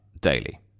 Daily